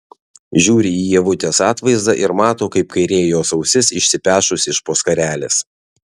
žiūri į ievutės atvaizdą ir mato kaip kairė jos ausis išsipešus iš po skarelės